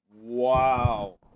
Wow